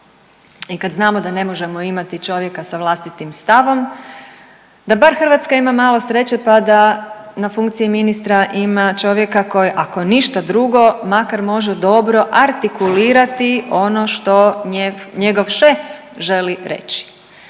i kad znamo da ne možemo imati čovjeka sa vlastitim stavom da bar Hrvatska ima malo sreće pa da na funkciji ministra ima čovjeka koji ako ništa drugo makar može dobro artikulirati ono što njegov šef želi reći